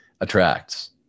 attracts